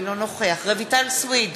אינו נוכח רויטל סויד,